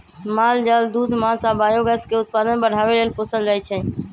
माल जाल दूध मास आ बायोगैस के उत्पादन बढ़ाबे लेल पोसल जाइ छै